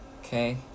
Okay